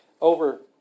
over